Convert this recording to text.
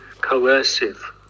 coercive